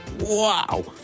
wow